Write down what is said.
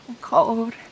cold